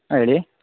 ಹಾಂ ಹೇಳಿ